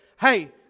hey